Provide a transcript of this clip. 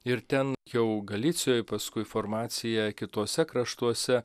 ir ten jau galicijoj paskui formacija kituose kraštuose